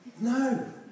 no